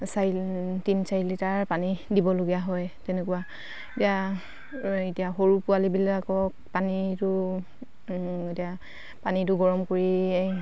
চাৰি তিনি চাৰি লিটাৰ পানী দিবলগীয়া হয় তেনেকুৱা এতিয়া এই এতিয়া সৰু পোৱালিবিলাকক পানীটো এতিয়া পানীটো গৰম কৰি